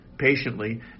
patiently